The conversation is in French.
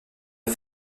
les